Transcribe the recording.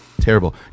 Terrible